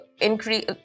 increase